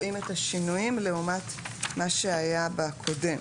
רואים את השינויים לעומת מה שהיה בקודם,